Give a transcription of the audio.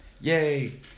Yay